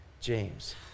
James